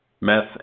meth